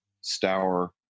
Stour